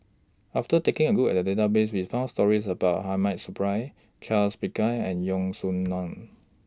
after taking A Look At The Database We found stories about Hamid Supaat Charles Paglar and Yeo Song Nian